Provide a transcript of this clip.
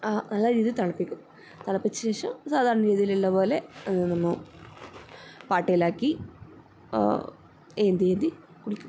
നല്ല രീതിയിൽ തിളപ്പിക്കും തിളപ്പിച്ച ശേഷം സാധാരണ രീതിയിലുള്ള പോലെ അത് നമ്മൾ പാട്ടയിലാക്കി ഏന്തിയേന്തി കുടിക്കും